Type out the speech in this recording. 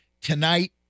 Tonight